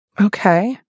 Okay